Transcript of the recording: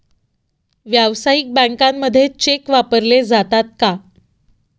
व्यावसायिक बँकांमध्ये चेक वापरले जातात का?